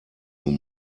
nun